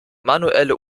manuelle